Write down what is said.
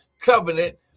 covenant